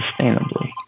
sustainably